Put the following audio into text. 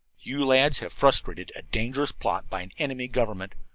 you lads have frustrated a dangerous plot by an enemy government.